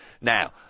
Now